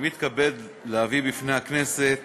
אני מתכבד להביא בפני הכנסת